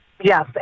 Yes